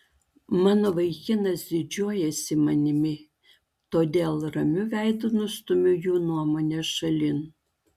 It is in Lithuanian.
mano vaikinas didžiuojasi manimi todėl ramiu veidu nustumiu jų nuomonę šalin